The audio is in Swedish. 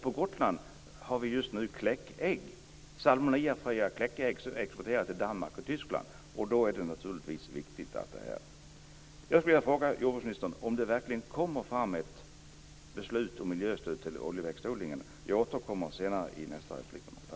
På Gotland har vi just nu salmonellafria kläckägg som vi exporterar till Danmark och Tyskland, och för att få fram dem är detta naturligtvis viktigt. Jag skulle vilja fråga jordbruksministern om det blir ett beslut om miljöstöd till oljeväxtodlingen. Jag återkommer till det i nästa replik.